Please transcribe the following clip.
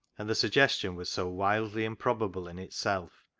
and the suggestion was so wildly improbable in itself,